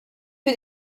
più